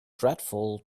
dreadful